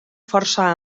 força